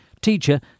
Teacher